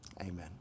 Amen